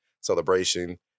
Celebration